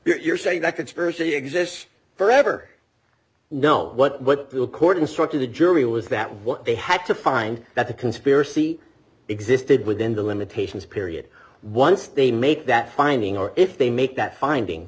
and you're saying that conspiracy exists forever know what the accordion structure the jury was that what they had to find that the conspiracy existed within the limitations period once they make that finding or if they make that finding